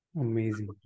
Amazing